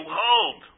hold